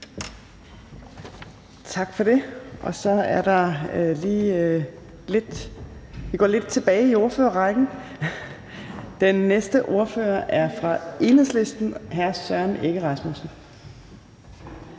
Tak for det. Så går vi lige lidt tilbage i ordførerrækken. Den næste ordfører er fra Enhedslisten, og det er hr. Søren Egge Rasmussen.